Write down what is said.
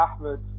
Ahmed